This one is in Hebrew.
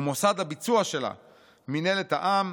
ומוסד הביצוע שלה, מנהלת העם,